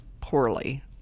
poorly